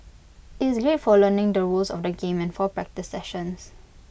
IT is great for learning the rules of the game for practice sessions